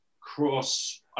cross